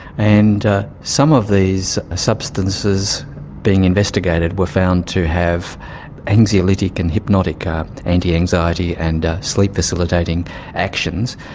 and ah some of these ah substances being investigated were found to have anxiolytic and hypnotic um antianxiety and sleep facilitating actions,